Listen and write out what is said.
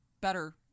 better